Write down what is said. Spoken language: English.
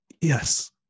yes